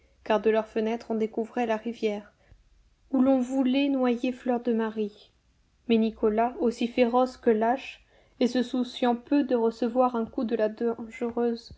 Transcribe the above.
car de leur fenêtre on découvrait la rivière où l'on voulait noyer fleur de marie mais nicolas aussi féroce que lâche et se souciant peu de recevoir un coup de la